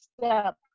step